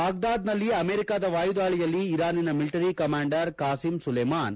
ಬಾಗ್ಲಾದ್ನಲ್ಲಿ ಅಮೆರಿಕದ ವಾಯುದಾಳಿಯಲ್ಲಿ ಇರಾನಿನ ಮಿಲಿಟರಿ ಕಮಾಂಡರ್ ಖಾಸಿಮ್ ಸುಲೇಮಾನ್